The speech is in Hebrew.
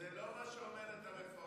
זה לא מה שאומרת הרפורמה.